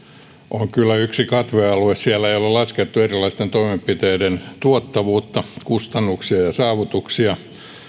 on kyllä yksi katvealue siellä ei ole laskettu erilaisten toimenpiteiden tuottavuutta kustannuksia ja saavutuksia